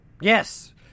Yes